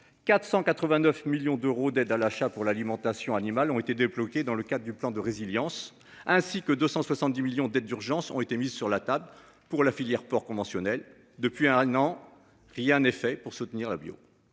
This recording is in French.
489 millions d'euros d'aide à l'achat pour l'alimentation animale ont été débloqués dans le cadre du plan de résilience, ainsi que 270 millions d'aide d'urgence ont été mises sur la table pour la filière porc conventionnelle depuis un an. Rien n'est fait pour soutenir la bio.